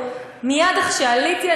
מייד איך שעליתי,